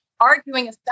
arguing